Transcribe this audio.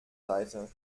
seite